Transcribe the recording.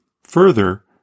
Further